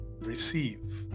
Receive